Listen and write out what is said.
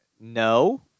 No